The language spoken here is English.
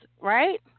right